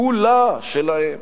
כולה שלהם,